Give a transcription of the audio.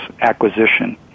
acquisition